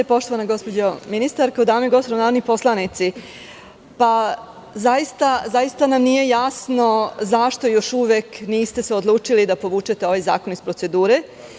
Poštovana gospođo ministarko, dame i gospodo narodni poslanici, zaista nam nije jasno zašto se još uvek niste odlučili da ovaj zakon povučete iz procedure?